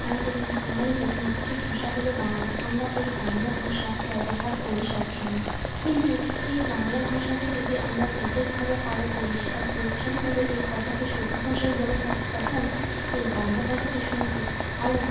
আমাদের বাঙালিদের মাতৃভাষা হল বাংলা আমরা এই বাংলা ভাষা ব্যবহার করি সব সময় কিন্তু এই বাংলা ভাষাকেই যদি আমরা বিশেষভাবে আরও পরিষ্কার পরিচ্ছন্নভাবে এই কথাকে শুদ্ধ ভাষায় বলে থাকি তখন এই বাংলা ভাষাটি শুনতে আরও